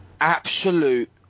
absolute